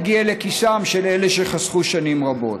יגיעו לכיסם של אלה שחסכו שנים רבות.